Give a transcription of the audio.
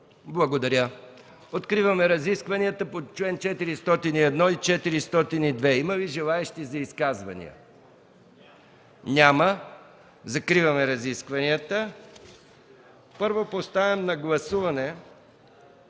Благодаря. Откриваме разискванията по чл. 401 и чл. 402. Има ли желаещи за изказвания? Няма. Закривам разискванията. Поставям на гласуване